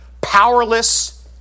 powerless